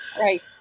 Right